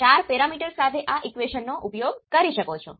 તેથી આ એક પ્રકારની ગણતરી છે જે તમે કરી શકો છો